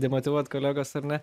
demotyvuot kolegas ar ne